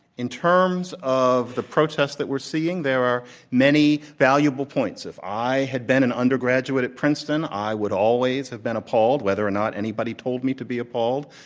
in terms of the protests that we're seeing there are many valuable points. if i had been an undergraduate at princeton, i would always have been appalled, whether or not anybody told me to be appalled,